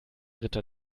ritter